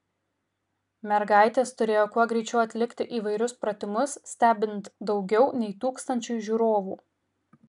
mergaitės turėjo kuo greičiau atlikti įvairius pratimus stebint daugiau nei tūkstančiui žiūrovų